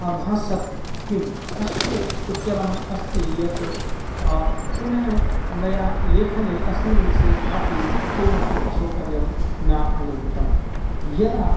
अभासत् किं अस्य उत्तरम् अस्ति यत् पुनः मया लेखने अस्मिन् विषये कापि किमपि असौकर्यं न अनुभूतं येन